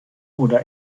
oder